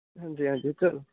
हां जी हां जी